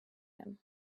him